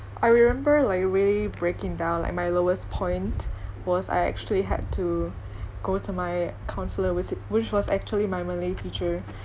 I remember like really breaking down like my lowest point was I actually had to go to my counsellor was it which was actually my malay teacher